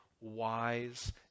wise